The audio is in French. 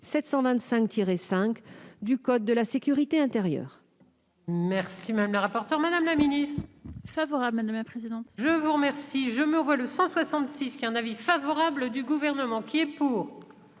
725-5 du code de la sécurité intérieure.